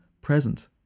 present